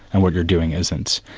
and what you're doing isn't.